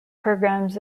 programs